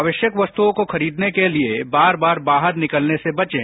आवश्यक वस्तुओं को खरीदने के लिए बार बार बाहर निकलने से बचें